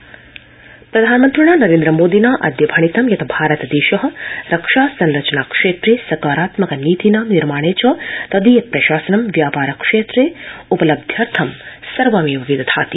रक्षा प्रदर्शनी प्रधानमन्त्रिणा नरेन्द्रमोदिना अद्य भणितं यत् भारतदेश रक्षा संरचना क्षेत्रे सकारात्मक नीतिनां निर्माणे च तदीय प्रशासनं व्यापार क्षेत्रे उपलब्ध्यर्थं सर्वमेव विदधाति